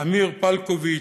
אמיר פבלוביץ,